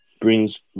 brings